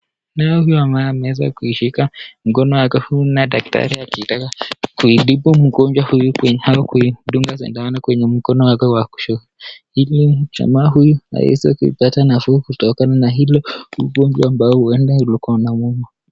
Naye huyu ambaye ameweza kumshika mgonjwa wake, huyu ni daktari anataka kumtibu mgonjwa huyu kwa kudunga sindano kwenye mkono wake wa kushoto ili jamaa huyu aweze kupata nafuu kutokana na hilo ugonjwa ambao huenda ulikuwa unamuuma.